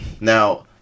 Now